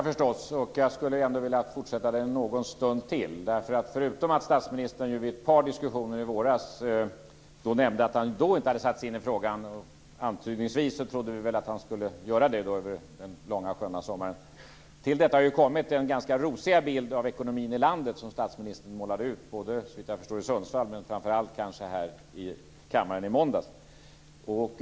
Fru talman! Jag skulle vilja fortsätta debatten en stund till. När statsministern vid ett par diskussioner i våras nämnde att han då inte hade satt sig in i frågan trodde vi att han skulle göra det under den långa sköna sommaren. Till detta har kommit den ganska rosiga bild av ekonomin i landet som statsministern målade ut både i Sundsvall och framför allt här i kammaren i tisdags.